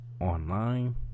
online